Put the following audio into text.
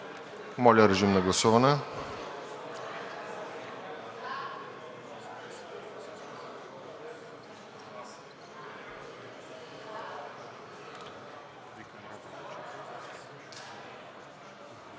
Моля, режим на прегласуване.